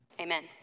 Amen